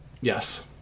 Yes